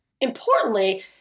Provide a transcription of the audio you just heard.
importantly